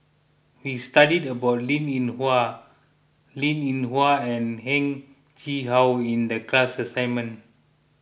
we studied about Linn in Hua Linn in Hua and Heng Chee How in the class assignment